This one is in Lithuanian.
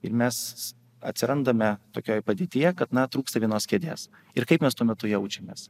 ir mes atsirandame tokioj padėtyje kad na trūksta vienos kėdės ir kaip mes tuo metu jaučiamės